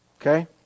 Okay